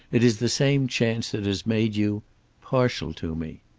it is the same chance that has made you partial to me.